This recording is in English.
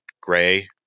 gray